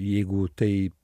jeigu tai